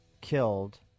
killed